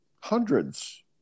hundreds